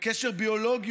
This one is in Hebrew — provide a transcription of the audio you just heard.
קשר ביולוגי,